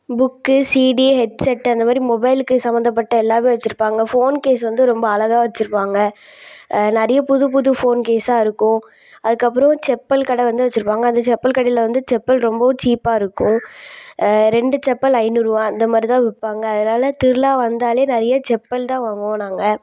book CD headset அந்த மாதிரி மொபைலுக்கு சம்பத்தப்பட்ட எல்லாமே வச்சிருப்பாங்க ஃபோன் கேஸ் வந்து ரொம்ப அழகா வச்சிருப்பாங்க நிறைய புது புது ஃபோன் கேஸ்ஸாக இருக்கும் அதுக்கு அப்புறம் செப்பல் கடை வந்து வச்சிருப்பாங்க அந்த செப்பல் கடையில் வந்து செப்பல் ரொம்பவும் சீப்பாக இருக்கும் ரெண்டு செப்பல் ஐந்நூறுரூபா இந்த மாதிரிதான் விற்பாங்க அதனால திருவிழா வந்தாலே நிறைய செப்பல் தான் வாங்குவோம் நாங்கள்